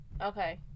Okay